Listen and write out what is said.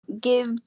give